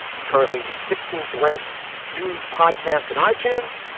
it's currently the sixteenth ranked news podcast in i-tunes,